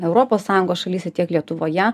europos sąjungos šalyse tiek lietuvoje